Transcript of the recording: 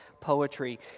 poetry